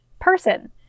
person